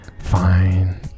Fine